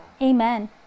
Amen